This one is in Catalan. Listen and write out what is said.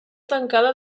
tancada